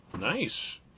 Nice